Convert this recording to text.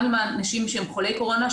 גם עם אנשים שהם חולי קורונה,